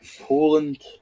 Poland